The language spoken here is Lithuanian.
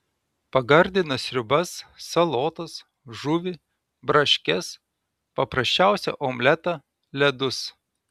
pagardina sriubas salotas žuvį braškes paprasčiausią omletą ledus